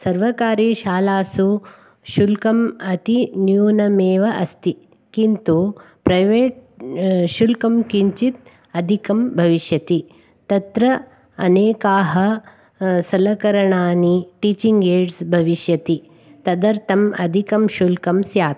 सर्वकारी शालासु शुल्कम् अति न्यूनमेव अस्ति किन्तु प्रैवेट् शुल्कं किञ्चित् अदिकं भविष्यति तत्र अनेकाः सलकरणानि टीचिङ्ग् एड्स् भविष्यति तदर्तम् अधिकं शुल्कं स्यात्